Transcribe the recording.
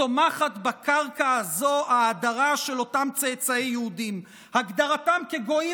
צומחת בקרקע הזו ההדרה של אותם צאצאי יהודים והגדרתם כגויים